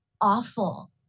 awful